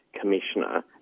Commissioner